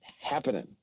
happening